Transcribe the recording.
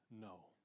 No